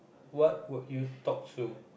what would you talk to